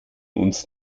uns